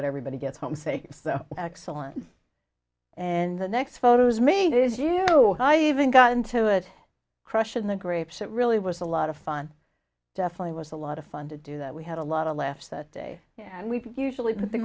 that everybody gets home safe so excellent and the next photos made it is you know i even got into it crush in the grapes it really was a lot of fun definitely was a lot of fun to do that we had a lot of laughs that day and we usually put the